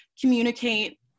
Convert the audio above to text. communicate